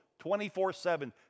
24-7